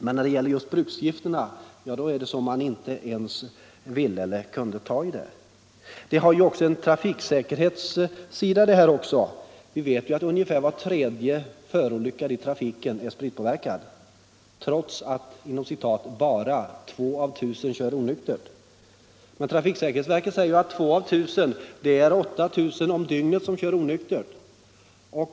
Men när det gäller just bruksgifterna är det som om man inte ens ville eller kunde ta i detta. Frågan har ju också en trafiksäkerhetssida. Ungefär var tredje förolyckad i trafiken är spritpåverkad, trots att ”bara” 2 av 1000 kör onyktert. Men trafiksäkerhetsverket säger att 2 av 1 000 innebär att det är 8 000 om dygnet som kör onyktert.